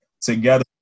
Together